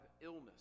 illness